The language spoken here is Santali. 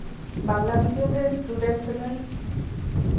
ᱵᱟᱝᱞᱟ ᱢᱤᱰᱤᱭᱟᱢ ᱨᱮᱱ ᱤᱥᱴᱩᱰᱮᱱᱴ ᱠᱟᱹᱱᱟᱹᱧ